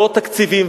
בעוד תקציבים,